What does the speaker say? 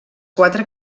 quatre